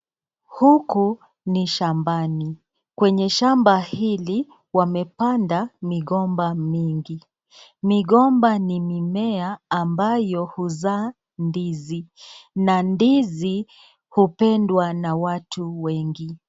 Huku ni shambani, kwenye shamba hili wamepanda migomba mingi. Migomba ni mimea ambayo huzaa ndizi, na ndizi hupendwa na watu wengi.